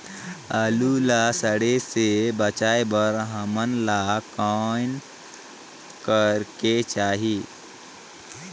आलू ला सड़े से बचाये बर हमन ला कौन करेके चाही?